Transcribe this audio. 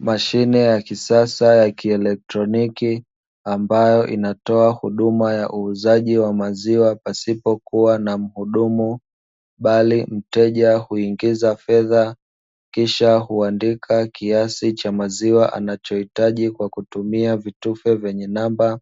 Mashine ya kisasa ya kielektroniki ambayo inatoa huduma ya uuzaji wa maziwa pasipokua na mhudumu, bali mteja huingiza fedha kisha huandika kiasi cha maziwa anachohitaji kwa kutumia vitufe venye namba,